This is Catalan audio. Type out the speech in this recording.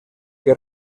que